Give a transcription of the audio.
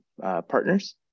partners